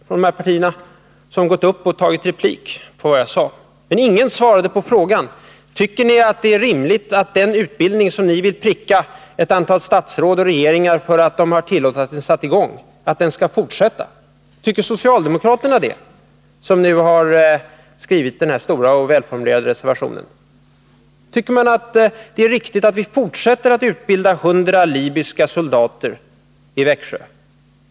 Jag har hittills inte fått svar på frågan: Tycker ni att det är rimligt att en utbildning skall fortsätta, när ni vill pricka ett antal statsråd och regeringar för att de har tillåtit att den satt i gång? Tycker socialdemokraterna det, som nu har skrivit denna stora och välformulerade reservation? Tycker man att det är riktigt att vi fortsätter att utbilda 100 libyska soldater i Växjö?